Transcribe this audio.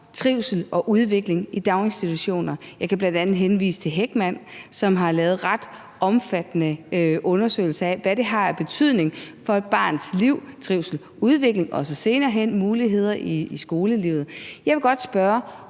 trivsel og udvikling i daginstitutioner; jeg kan bl.a. henvise til Heckman, som har lavet ret omfattende undersøgelser af, hvad det har af betydning for et barns liv, trivsel og udvikling og muligheder senere hen i skolelivet. Jeg vil godt spørge,